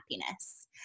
happiness